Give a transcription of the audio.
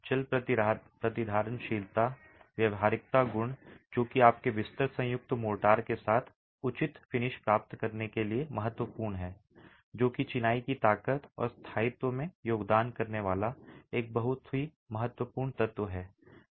जल प्रतिधारण शीलता व्यावहारिकता गुण जो कि आपके बिस्तर संयुक्त मोर्टार के साथ उचित फिनिश प्राप्त करने के लिए महत्वपूर्ण हैं जो कि चिनाई की ताकत और स्थायित्व में योगदान करने वाला एक बहुत ही महत्वपूर्ण तत्व है